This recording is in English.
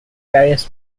gaius